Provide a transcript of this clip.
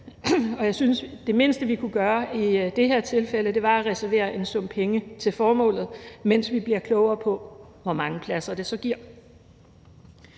det mindste, vi kunne gøre i det her tilfælde, var at reservere en sum penge til formålet, mens vi bliver klogere på, hvor mange pladser det så giver.